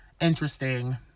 interesting